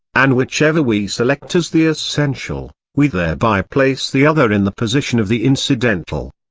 and whichever we select as the essential, we thereby place the other in the position of the incidental.